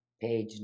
Page